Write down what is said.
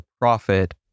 profit